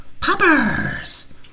poppers